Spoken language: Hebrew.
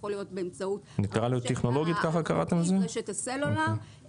זה יכול להיות באמצעות רשת הסלולר אבל